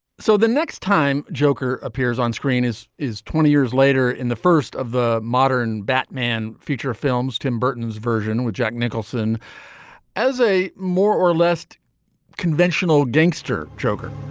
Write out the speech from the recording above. so the next time joker appears on screen is is twenty years later in the first of the modern batman feature films tim burton's version with jack nicholson as a more or less conventional gangster joker.